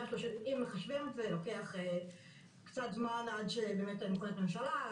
אם מחשבים את זה, לוקח קצת זמן עד שמוקמת ממשלה.